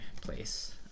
place